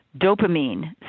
dopamine